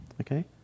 Okay